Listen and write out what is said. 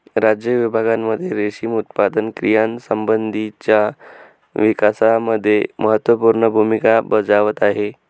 राज्य विभागांमध्ये रेशीम उत्पादन क्रियांसंबंधीच्या विकासामध्ये महत्त्वपूर्ण भूमिका बजावत आहे